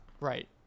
Right